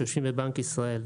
שיושבים בבנק ישראל.